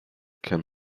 can